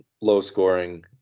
low-scoring